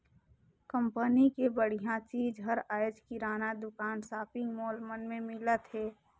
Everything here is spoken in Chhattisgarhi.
कंपनी के बड़िहा चीज हर आयज किराना दुकान, सॉपिंग मॉल मन में मिलत हे